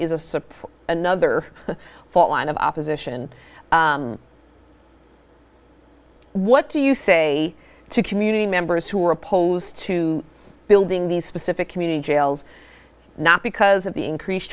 of another fault line of opposition what do you say to community members who are opposed to building these specific community jails not because of the increased